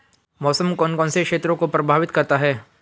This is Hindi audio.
मौसम कौन कौन से क्षेत्रों को प्रभावित करता है?